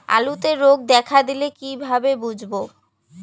আলুতে রোগ দেখা দিলে কিভাবে বুঝবো?